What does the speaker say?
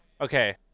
Okay